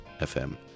FM